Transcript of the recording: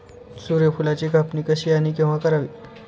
सूर्यफुलाची कापणी कशी आणि केव्हा करावी?